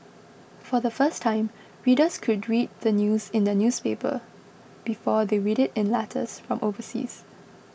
for the first time readers could read the news in their newspaper before they read it in letters from overseas